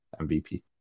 MVP